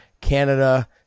Canada